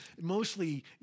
mostly